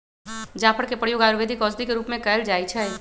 जाफर के प्रयोग आयुर्वेदिक औषधि के रूप में कएल जाइ छइ